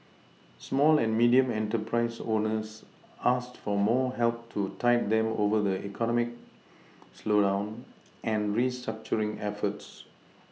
small and medium enterprise owners asked for more help to tide them over the economic slowdown and restructuring efforts